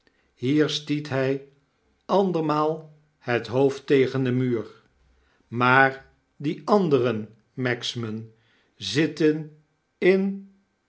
hier stiet hij andermaal het hoofd tegen den muur maar die a n der e n magsman zitten in